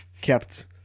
kept